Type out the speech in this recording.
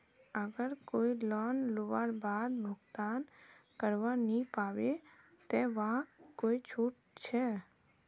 अगर कोई लोन लुबार बाद भुगतान करवा नी पाबे ते वहाक कोई छुट छे?